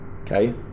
okay